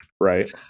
right